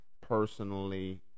personally